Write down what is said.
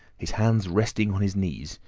his hands resting on his knees,